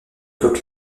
coque